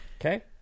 Okay